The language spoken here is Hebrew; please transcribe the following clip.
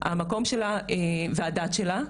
המקום שלה והדת שלה.